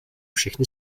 všechny